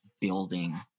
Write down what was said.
building